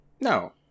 No